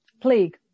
plague